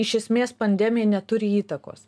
iš esmės pandemija neturi įtakos